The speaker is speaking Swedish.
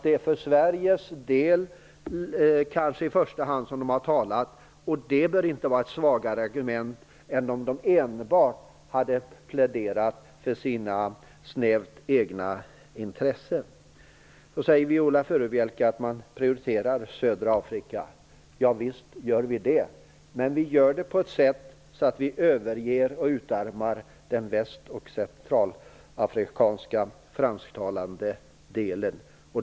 Det är kanske i första hand för Sveriges del som de har talat, och det bör inte vara ett svagare argument än om de hade pläderat enbart för sina egna snäva intressen. Viola Furubjelke sade också att vi prioriterar södra Afrika. Ja, visst gör vi det. Men vi gör det på ett sådant sätt att vi överger och utarmar den väst och centralafrikanska, fransktalande delen.